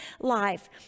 life